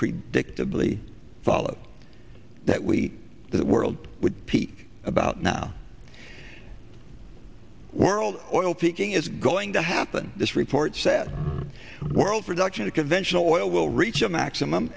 predictably followed that we the world would peak about now world oil peaking is going to happen this report says the world production of conventional oil will reach a maximum